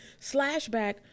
Slashback